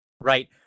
right